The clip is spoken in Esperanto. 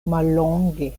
mallonge